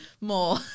more